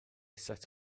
set